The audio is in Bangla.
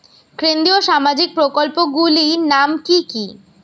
কেন্দ্রীয় সামাজিক প্রকল্পগুলি নাম কি কি?